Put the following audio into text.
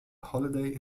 holiday